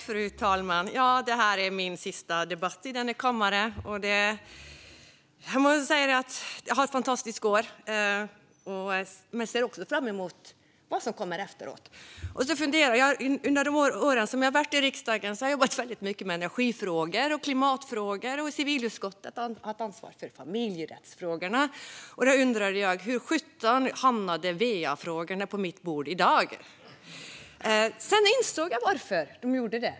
Fru talman! Det här är min sista debatt i denna kammare. Jag måste säga att jag har haft fantastiska år, men jag ser också fram emot vad som kommer efteråt. Under de år som jag har varit i riksdagen har jag jobbat väldigt mycket med energi och klimatfrågor. I civilutskottet har jag haft ansvaret för familjerättsfrågorna. Därför undrade jag hur sjutton va-frågorna hamnade på mitt bord i dag. Sedan insåg jag varför.